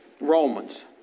Romans